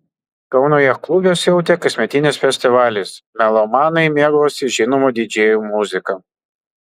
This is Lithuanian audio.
kauno jachtklube siautė kasmetinis festivalis melomanai mėgavosi žinomų didžėjų muzika